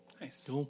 Nice